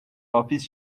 hapis